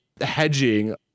hedging